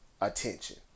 attention